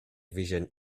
vision